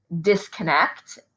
Disconnect